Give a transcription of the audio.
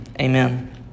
Amen